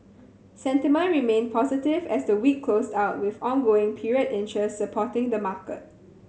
sentiment remained positive as the week closed out with ongoing period interest supporting the market